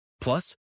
plus